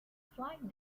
flight